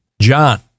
John